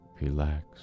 relax